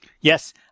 Yes